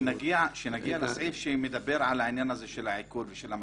כשנגיע לסעיף שמדבר על העניין של העיקול ושל המשכורת,